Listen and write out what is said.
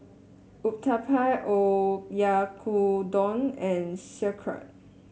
Uthapam Oyakodon and Sauerkraut